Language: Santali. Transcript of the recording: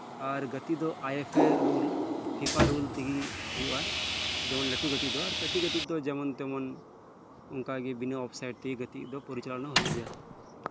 ᱟᱨ ᱜᱟᱛᱮ ᱫᱚ ᱟᱭ F A rule FIFA rule ᱛᱮᱜᱮ ᱦᱩᱭᱩᱜᱼᱟ ᱡᱮᱢᱚᱱ ᱞᱟᱹᱴᱩ ᱜᱟᱛᱮ ᱫᱚ ᱟᱨ ᱠᱟᱹᱴᱤᱡ ᱜᱟᱛᱮ ᱫᱚ ᱡᱮᱢᱚᱱ ᱛᱮᱢᱚᱱ ᱚᱱᱠᱟᱜᱤ ᱵᱤᱱᱟᱹ ᱚᱯᱥᱟᱭᱤᱰ ᱛᱮᱜᱮ ᱜᱟᱛᱮᱜ ᱫᱚ ᱯᱚᱨᱤᱪᱟᱞᱚᱱᱟ ᱦᱩᱭᱩᱜ ᱜᱮᱭᱟ